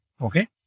Okay